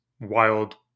wild